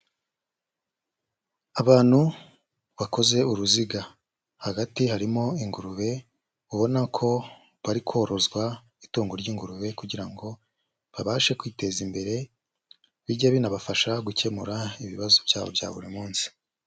Abantu bakoze uruziga, hagati harimo ingurube, ubona ko bari korozwa itungo ry'ingurube kugira ngo babashe kwiteza imbere, bijye binabafasha gukemura ibibazo byabo bya buri munsi.